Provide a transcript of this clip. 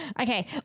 Okay